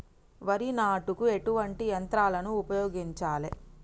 వరి నాటుకు ఎటువంటి యంత్రాలను ఉపయోగించాలే?